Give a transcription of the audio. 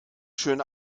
schön